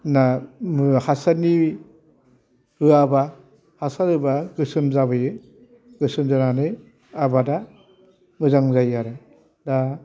ना हासारनि होआबा हासार होबा गोसोम जाबोयो गोसोम जानानै आबादा मोजां जायो आरो दा